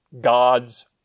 God's